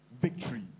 victory